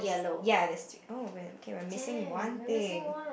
ya there's three oh we're okay we are missing one thing